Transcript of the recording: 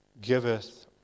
giveth